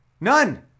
None